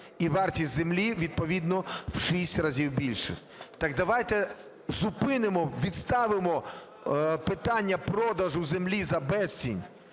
і вартість землі відповідно в 6 разів більше. Так давайте зупинимо, відставимо питання продажу землі за безцінь,